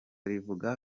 rivuga